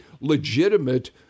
legitimate